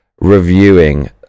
reviewing